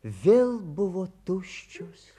vėl buvo tuščios